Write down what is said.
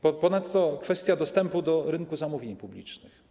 Ponadto jest kwestia dostępu do rynku zamówień publicznych.